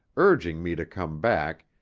urging me to come back,